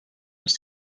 els